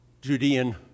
Judean